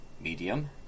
Medium